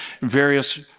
various